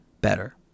better